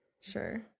sure